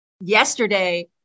yesterday